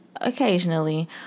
occasionally